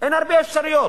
אין הרבה אפשרויות.